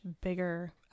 bigger